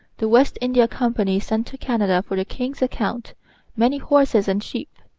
the west india company sent to canada for the king's account many horses and sheep.